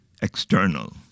external